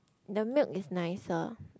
the milk is nicer